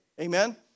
amen